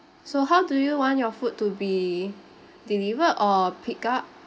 so how do you want your food to be deliver or pick up